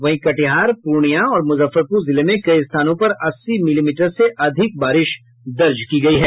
वहीं कटिहार पूर्णिया और मुजफ्फरपुर जिले में कई स्थानों पर अस्सी मिलीमीटर से अधिक बारिश दर्ज की गयी है